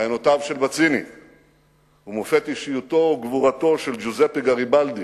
רעיונותיו של מציני ומופת אישיותו וגבורתו של ג'וזפה גריבלדי